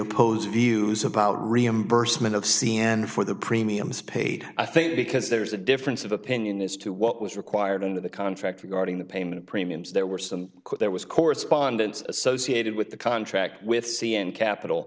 opposed views about reimbursement of c n n for the premiums paid i think because there's a difference of opinion as to what was required in the contract regarding the payment premiums there were some there was correspondence associated with the contract with c n capital